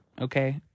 okay